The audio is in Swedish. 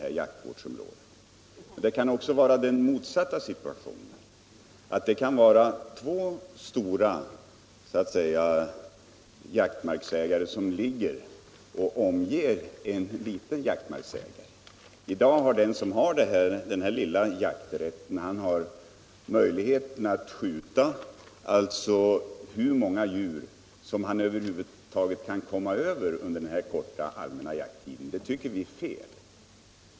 Situationen kan också vara den motsatta, nämligen att två stora gårdar omger ett litet område med jaktmark. I dag har den som har den lilla jaktmarken med tillhörande jakträtt möjlighet att skjuta hur många djur han över huvud taget kan komma över under den korta allmänna jakttiden. Det tycker vi är fel.